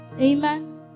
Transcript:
Amen